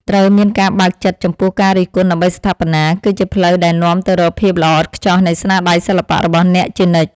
ត្រូវមានការបើកចិត្តចំពោះការរិះគន់ដើម្បីស្ថាបនា គឺជាផ្លូវដែលនាំទៅរកភាពល្អឥតខ្ចោះនៃស្នាដៃសិល្បៈរបស់អ្នកជានិច្ច។